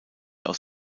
aus